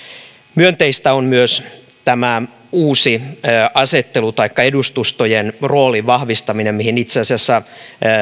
myönteistä on myös tämä uusi edustustojen roolin vahvistaminen mihin itse asiassa